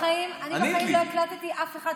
אני בחיים לא הקלטתי אף אחד,